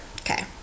okay